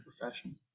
profession